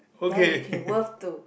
there you can worth to